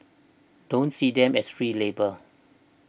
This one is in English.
don't see them as free labour